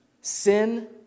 Sin